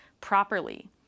properly